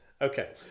Okay